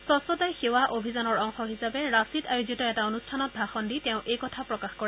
স্বচ্ছতাই সেৱা অভিযানৰ অংশ হিচাপে ৰাঁছীত আয়োজিত এটা অনুষ্ঠানত ভাষণ দি তেওঁ এইদৰে প্ৰকাশ কৰে